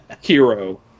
hero